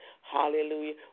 Hallelujah